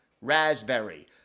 raspberry